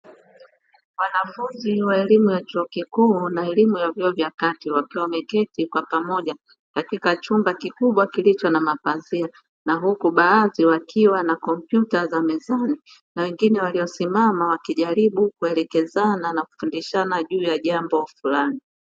Wanafunzi wa elimu ya chuo kikuu na elimu ya vyuo vya kati wakiwa wameketi kwa pamoja katika chumba kikubwa kilicho na mapazia, na huku baadhi wakiwa na kompyuta za mezani na wengine waliosimama wakijaribu kuelekezana na kufundishana juu ya jambo flani.